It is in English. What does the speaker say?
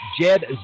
Jed